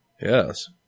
Yes